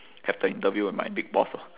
have the interview with my big boss orh